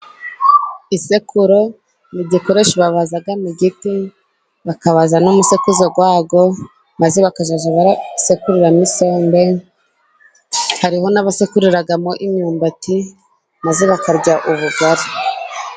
Isekuro ni igikoresho babaza mu giti bakabaza n'umusekuzo wayo, maze bakajya basekuriramo isombe, hariho n'abasekuriramo imyumbati maze bakarya ubugari.